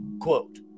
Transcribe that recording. quote